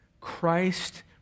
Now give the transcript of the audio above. Christ